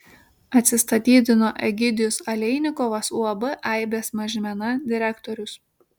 atsistatydino egidijus aleinikovas uab aibės mažmena direktorius